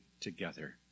together